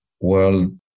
world